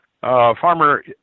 farmer